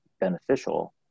beneficial